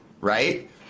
right